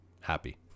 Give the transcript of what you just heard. happy